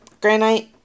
granite